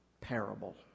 parable